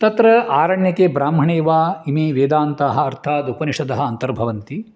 तत्र आरण्यके ब्राह्मणे वा इमे वेदान्ताः अर्थात् उपनिषदः अन्तर्भवन्ति